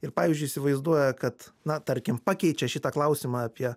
ir pavyzdžiui įsivaizduoja kad na tarkim pakeičia šitą klausimą apie